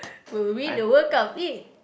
were we in the World Cup